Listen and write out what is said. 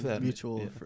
mutual